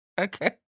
Okay